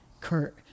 kurt